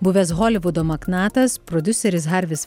buvęs holivudo magnatas prodiuseris harvis